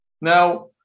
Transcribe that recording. Now